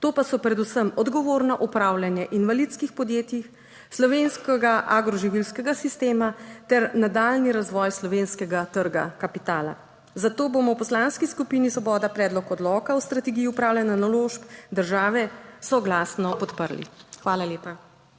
To pa so predvsem odgovorno upravljanje invalidskih podjetij, slovenskega agroživilskega sistema ter nadaljnji razvoj slovenskega trga kapitala. Zato bomo v Poslanski skupini Svoboda predlog odloka o strategiji upravljanja naložb države soglasno podprli. Hvala lepa.